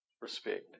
respect